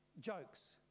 jokes